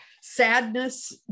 sadness